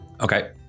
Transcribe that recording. Okay